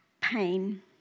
pain